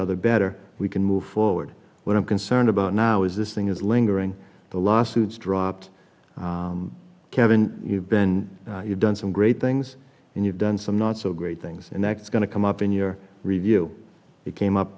other better we can move forward what i'm concerned about now is this thing is lingering the lawsuits drop kevin you've been you've done some great things and you've done some not so great things and that's going to come up in your review it came up